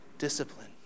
Discipline